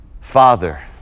Father